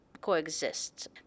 coexist